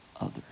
others